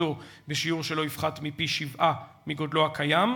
אוכלוסייתו בשיעור שלא יפחת מפי-שבעה מגודלו הקיים,